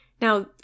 Now